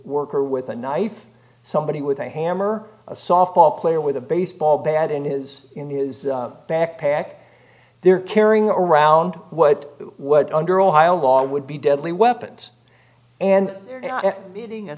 worker with a knife somebody with a hammer a softball player with a baseball bat in his in his backpack they're carrying around what what under ohio law would be deadly weapons and eating